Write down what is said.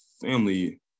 family